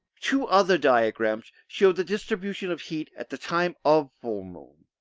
two other diagrams show the distribution of heat at the time of full-moon,